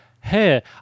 Hey